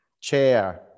Chair